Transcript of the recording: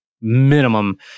minimum